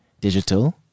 digital